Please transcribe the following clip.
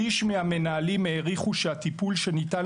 שליש מהמנהלים העריכו שהטיפול שניתן